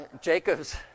Jacob's